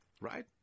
right